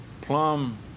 Plum